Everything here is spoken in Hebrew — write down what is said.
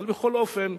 אבל בכל אופן,